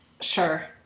Sure